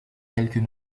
quelques